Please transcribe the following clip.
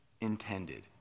intended